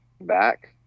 back